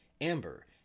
amber